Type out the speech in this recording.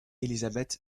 elisabeth